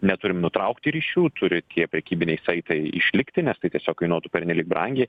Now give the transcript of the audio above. neturim nutraukti ryšių turi tie prekybiniai saitai išlikti nes tai tiesiog kainuotų pernelyg brangiai